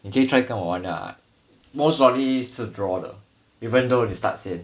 你可以 try 跟我玩啊 most likely 是 draw 的 even though 你 start 先